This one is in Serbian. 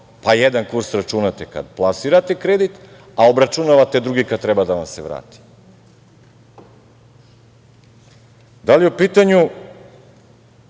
pa jedan kurs računate kada plasirate kredit, a obračunavate drugi kada treba da vam se vrati. Da li je u pitanju